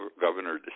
Governor